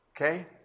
Okay